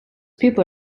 people